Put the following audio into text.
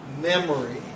memory